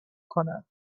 کند